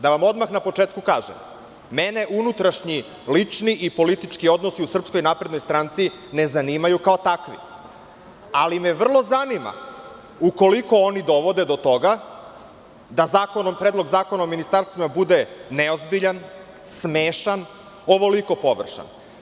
Da vam odmah na početku kažem – mene unutrašnji, lični i politički odnosi u Srpskoj naprednoj stranci ne zanimaju kao takvi, ali me vrlo zanima, ukoliko oni dovode do toga da Predlog zakona o ministarstvima bude neozbiljan, smešan, ovoliko površan.